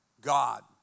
God